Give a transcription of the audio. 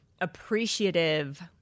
appreciative